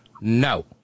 no